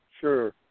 sure